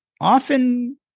often